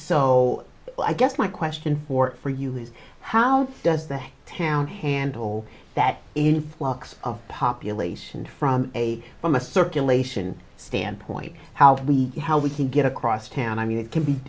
so i guess my question for for you is how does the town handle that influx of population from a from a circulation standpoint how we how we can get across town i mean it can be